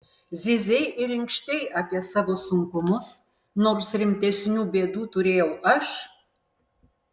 zyzei ir inkštei apie savo sunkumus nors rimtesnių bėdų turėjau aš